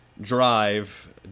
Drive